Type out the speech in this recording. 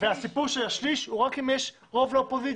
הסיפור של השליש הוא רק אם יש רוב לאופוזיציה.